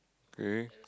K